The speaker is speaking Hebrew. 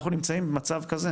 אנחנו נמצאים במצב כזה,